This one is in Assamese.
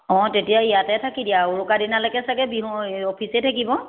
অঁ তেতিয়া ইয়াতে থাকি দিয়া উৰুকা দিনালৈকে চাগে বিহু অফিচে থাকিব